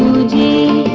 the a